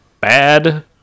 Bad